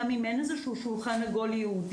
גם אם אין איזה שולחן עגול ייעודי,